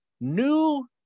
New